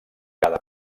cada